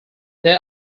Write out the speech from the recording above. there